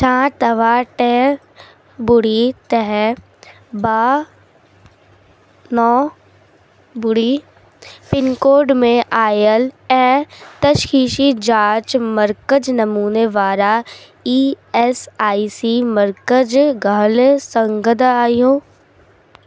छा तव्हां टे ॿुड़ी टे ॿ नौ ॿुड़ी पिनकोड में आयल ऐं तशख़ीसी जांच मर्कज़ नमूने वारा ई एस आई सी मर्कज़ ॻोल्हे सघंदा आहियो